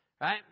right